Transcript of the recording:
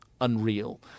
unreal